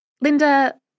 Linda